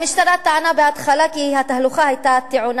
המשטרה טענה בהתחלה כי התהלוכה היתה טעונה